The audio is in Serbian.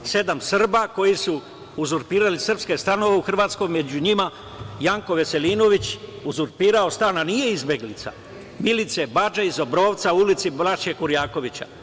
Sedam Srba koji su uzurpirali srpske stanove u Hrvatskoj i među njima Janko Veselinović uzurpirao stan, a nije izbeglica, Milica Badže iz Obrovca, u ulici Braće Kurjakovića.